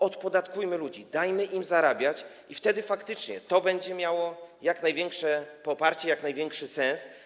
Odpodatkujmy ludzi, dajmy im zarabiać i wtedy faktycznie to będzie miało jak największe poparcie, jak największy sens.